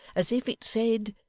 as if it said,